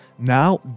Now